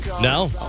No